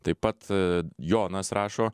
taip pat jonas rašo